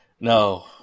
No